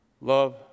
Love